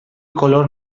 color